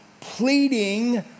pleading